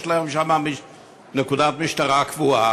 יש להם שם נקודת משטרה קבועה,